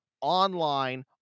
online